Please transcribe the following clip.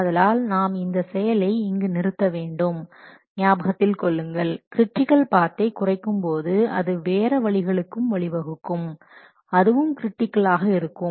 ஆதலால் நாம் இந்த செயலை இங்கு நிறுத்தவேண்டும் ஞாபகத்தில் கொள்ளுங்கள் கிரிட்டிக்கல் பாத்தை குறைக்கும்போது அது வேற வழிகளுக்கும் வழிவகுக்கும் அதுவும் கிரிட்டிக்கல் ஆக இருக்கும்